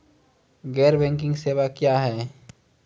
गैर बैंकिंग सेवा क्या हैं?